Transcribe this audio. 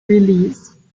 releases